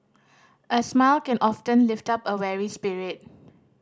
a smile can often lift up a weary spirit